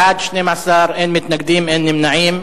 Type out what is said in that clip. בעד, 12, אין מתנגדים ואין נמנעים.